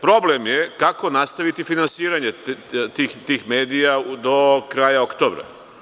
Problem je kako nastaviti finansiranje tih medija do kraja oktobra?